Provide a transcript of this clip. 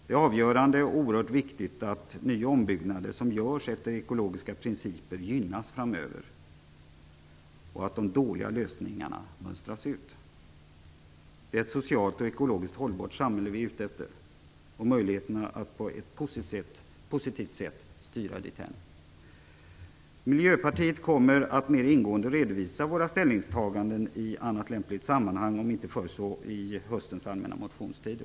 Det är avgörande och oerhört viktigt att ny och ombyggnader som görs efter ekologiska principer framöver gynnas och att de dåliga lösningarna mönstras ut. Det är ett socialt och ekologiskt hållbart samhälle vi är ute efter och möjligheterna att på ett positivt sätt styra dithän. Vi i Miljöpartiet kommer att mer ingående redovisa våra ställningstaganden i annat lämpligt sammanhang, om inte förr så under höstens allmänna motionstid.